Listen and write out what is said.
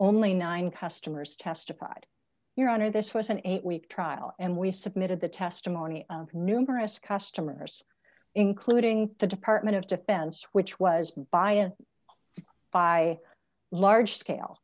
only nine customers testified your honor this was an eight week trial and we submitted the testimony of numerous customers including the department of defense which was by and by large scale